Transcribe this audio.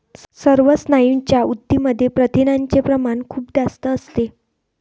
सर्व स्नायूंच्या ऊतींमध्ये प्रथिनांचे प्रमाण खूप जास्त असते